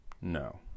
No